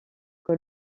que